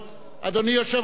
אדוני יושב-ראש ועדת